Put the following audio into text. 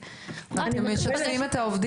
מדריך.